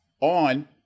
on